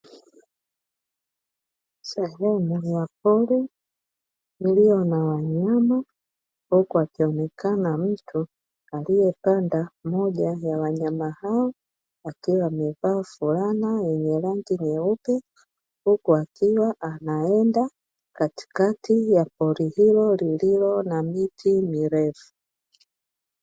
sehemu ya pori, lililo na wanyama huku akionekana mtu akiwa amepanda mmoja wa wanyama hao, akiwa na fulana nyeupe huku akiwa anaenda katikati ya pori hilo likiwa na miti mirefu.